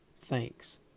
thanks